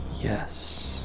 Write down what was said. Yes